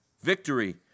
Victory